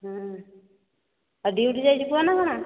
ହଁ ଆଉ ଡିଉଟି ଯାଇଛି ପୁଅ ନା କ'ଣ